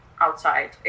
outside